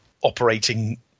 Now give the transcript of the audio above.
operating